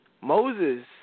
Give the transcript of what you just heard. Moses